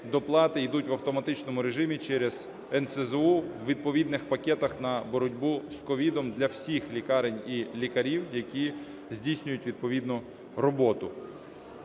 доплати йдуть в автоматичному режимі через НСЗУ у відповідних пакетах на боротьбу з COVID для всіх лікарень і лікарів, які здійснюють відповідну роботу.